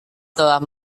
telah